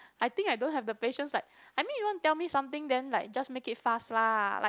I think I don't have the patience like I mean you want tell me something then like just make it fast lah like